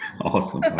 Awesome